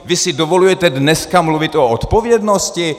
Vy si dovolujete dneska mluvit o odpovědnosti?